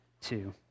two